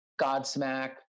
Godsmack